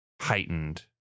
heightened